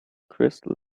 crystal